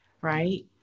right